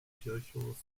kirchhof